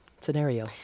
scenario